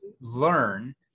learn